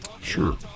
Sure